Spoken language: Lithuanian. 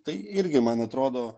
tai irgi man atrodo